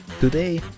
Today